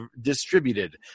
distributed